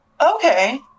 Okay